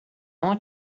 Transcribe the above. want